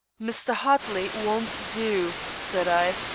mr. hartley won't do, said i,